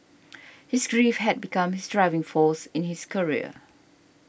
his grief had become his driving force in his career